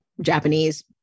Japanese